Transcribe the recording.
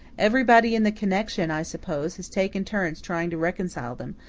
everybody in the connection, i suppose, has taken turns trying to reconcile them,